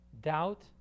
Doubt